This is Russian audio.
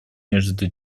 между